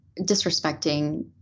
disrespecting